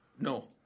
No